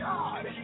God